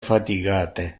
fatigate